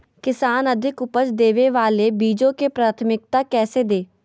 किसान अधिक उपज देवे वाले बीजों के प्राथमिकता कैसे दे?